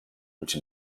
which